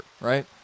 right